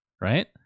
right